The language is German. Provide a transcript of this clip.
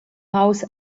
haus